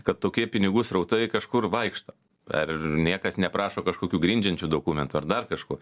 kad tokie pinigų srautai kažkur vaikšto dar niekas neprašo kažkokių grindžiančių dokumentų ar dar kažko